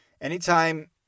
Anytime